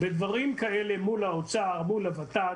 בדברים כאלה מול האוצר, מול ה-ות"ת,